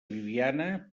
bibiana